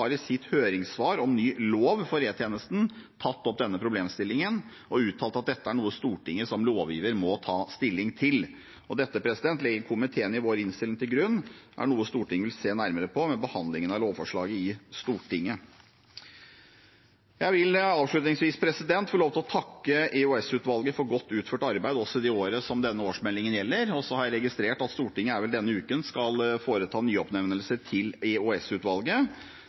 i sitt høringssvar om ny lov for E-tjenesten tatt opp denne problemstillingen og uttalt at dette er noe Stortinget som lovgiver må ta stilling til. Komiteen legger i innstillingen til grunn at dette er noe Stortinget vil se nærmere på ved behandlingen av lovforslaget i Stortinget. Jeg vil avslutningsvis få lov til å takke EOS-utvalget for godt utført arbeid også i det året som denne årsmeldingen gjelder. Jeg har registrert at Stortinget denne uken skal foreta nyoppnevninger til